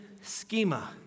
schema